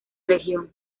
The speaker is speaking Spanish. región